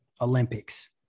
Olympics